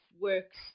works